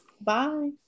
bye